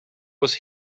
was